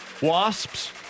wasps